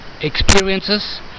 experiences